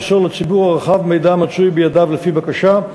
למסור לציבור הרחב מידע המצוי בידיו לפי בקשה,